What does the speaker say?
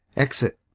exit